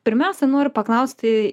pirmiausia noriu paklausti